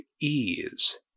ease